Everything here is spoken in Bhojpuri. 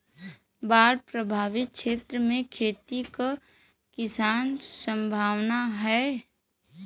बाढ़ प्रभावित क्षेत्र में खेती क कितना सम्भावना हैं?